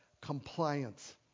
Compliance